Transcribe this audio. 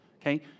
Okay